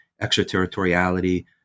extraterritoriality